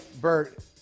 Bert